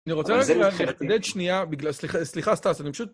אני רוצה להגיד שנייה, סליחה סטאס, אני פשוט...